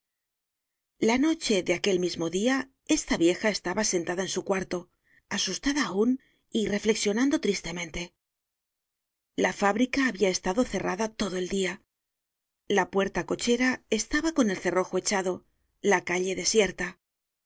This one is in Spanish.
la noche de aquel mismo dia esta vieja estaba sentada en su cuarto asustada aun y reflexionando tristemente la fábrica habia estado cerrada todo el dia la puerta cochera estaba con el cerrojo echado la calle desierta